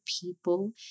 people